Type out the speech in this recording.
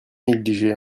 negligée